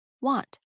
want